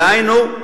דהיינו,